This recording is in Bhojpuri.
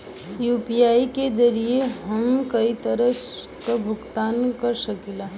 यू.पी.आई के जरिये हम कई तरे क भुगतान कर सकीला